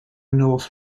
north